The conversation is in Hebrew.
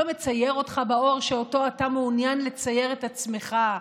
לא מצייר אותך באור שאותו אתה מעוניין לצייר את עצמך,